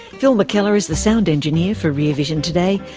phil mckellar is the sound engineer for rear vision today.